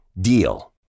DEAL